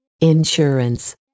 insurance